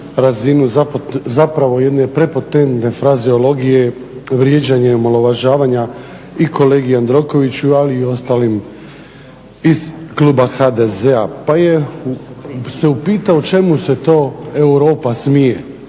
razinu, zapravo jedne prepotentne frazeologije vrijeđanje i omalovažavanja i kolege Jandrokovića ali i ostalim iz kluba HDZ-a. Pa se upitao u čemu se to Europa smije